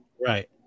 Right